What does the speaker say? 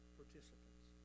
participants